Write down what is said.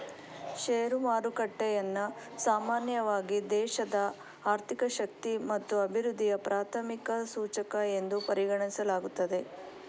share ಮಾರುಕಟ್ಟೆಯನ್ನ ಸಾಮಾನ್ಯವಾಗಿ ದೇಶದ ಆರ್ಥಿಕ ಶಕ್ತಿ ಮತ್ತು ಅಭಿವೃದ್ಧಿಯ ಪ್ರಾಥಮಿಕ ಸೂಚಕ ಎಂದು ಪರಿಗಣಿಸಲಾಗುತ್ತೆ